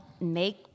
make